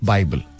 Bible